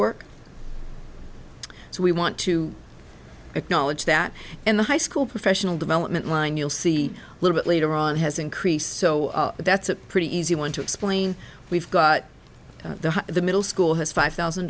work so we want to acknowledge that in the high school professional development line you'll see a little bit later on has increased so that's a pretty easy one to explain we've got the middle school has five thousand